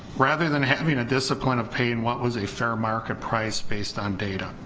rather than having a discipline of paying what was a fair market price based on data,